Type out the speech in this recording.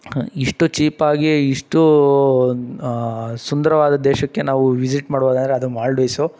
ಇಷ್ಟು ಚೀಪಾಗಿ ಇಷ್ಟು ಸುಂದರವಾದ ದೇಶಕ್ಕೆ ನಾವು ವಿಸಿಟ್ ಮಾಡ್ಬೌದಂದರೆ ಅದು ಮಾಲ್ಡೀವ್ಸು